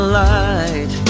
light